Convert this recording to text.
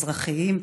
אזרחיים,